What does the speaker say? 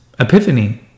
Epiphany